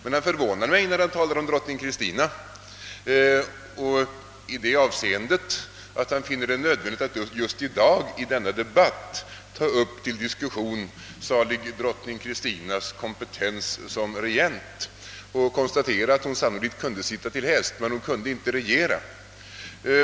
Men herr Lundberg förvånar mig när han finner nödvändigt att i denna debatt ta upp till diskussion salig drottning Kristinas kompetens som regent och konstaterar att hon sannolikt kunde sitta till häst men inte kunde regera.